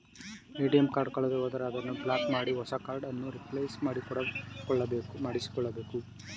ATM card ಕಳೆದುಹೋದರೆ ಅದನ್ನು block ಮಾಡಿ ಹೊಸ ಕಾರ್ಡ್ ಅನ್ನು ರಿಪ್ಲೇಸ್ ಮಾಡಿಸಿಕೊಳ್ಳಬೇಕು